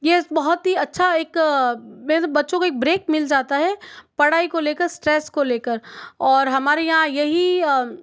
यह बहुत ही अच्छा एक बच्चों को एक ब्रेक मिल जाता है पढ़ाई को लेकर स्ट्रेस को लेकर और हमारे यहाँ यही